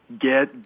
Get